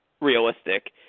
realistic